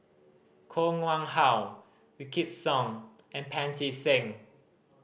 Koh Nguang How Wykidd Song and Pancy Seng